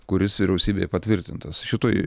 kuris vyriausybėje patvirtintas šitoj